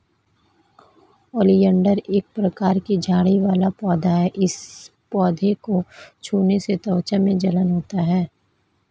oleander एक प्रकार का झाड़ी वाला पौधा है इस पौधे को छूने से त्वचा में जलन होती है